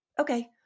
okay